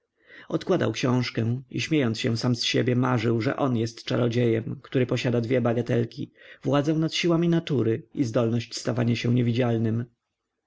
odkładał książkę i śmiejąc się sam z siebie marzył że on jest czarodziejem który posiada dwie bagatelki władzę nad siłami natury i zdolność stawania się niewidzialnym